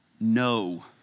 no